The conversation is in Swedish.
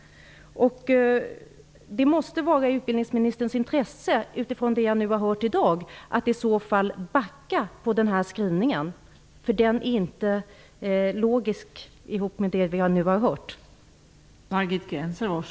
Det måste vara i utbildningsministerns intresse utifrån det jag har hört i dag att backa från denna mening. Den är inte logisk ihop med det vi nu har hört.